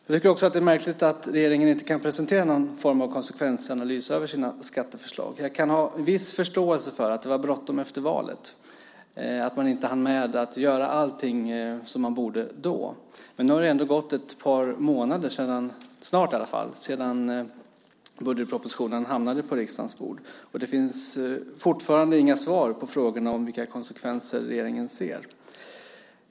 Jag tycker också att det är märkligt att regeringen inte kan presentera någon form av konsekvensanalys av sina skatteförslag. Jag kan ha en viss förståelse för att det var bråttom efter valet och att man då inte hann med att göra allting som man borde göra. Men nu har det snart gått ett par månader sedan budgetpropositionen hamnade på riksdagens bord. Och det finns fortfarande inga svar på frågorna om vilka konsekvenser som regeringen ser.